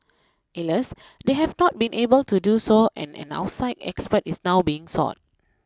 Alas they have not been able to do so and an outside expert is now being sought